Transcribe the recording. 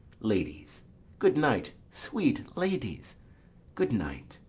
ladies good night, sweet ladies good night,